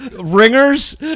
Ringers